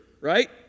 right